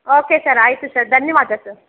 okay sir ಆಯಿತು sir ಧನ್ಯವಾದ sir